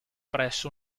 presso